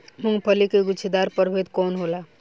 मूँगफली के गुछेदार प्रभेद कौन होला?